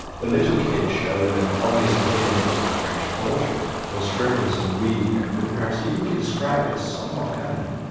the little kid showed an obvious affinity for french culture, was frivolous, and weak, and could perhaps even be described as somewhat feminine.